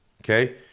Okay